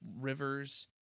rivers